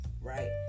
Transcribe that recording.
Right